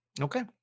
Okay